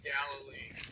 Galilee